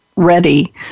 ready